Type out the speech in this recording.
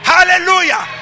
Hallelujah